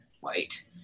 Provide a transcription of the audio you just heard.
white